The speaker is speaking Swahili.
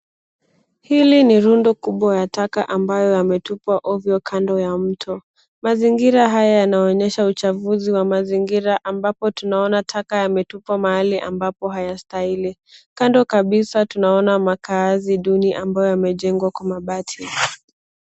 Hili ni rundo kubwa ya taka ambayo yametupwa ovyo kando ya mto. Mazingira haya yanaonyesha uchafuzi ya mazingira ambapo tunaona taka yametupwa mahali ambapo hayastahili. Kando kabisa tunaona makaazi duni ambayo yamejengwa kwa mabati.